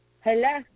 hello